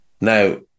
Now